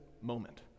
moment